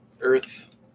Earth